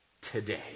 Today